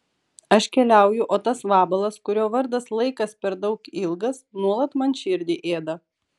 aš keliauju o tas vabalas kurio vardas laikas per daug ilgas nuolat man širdį ėda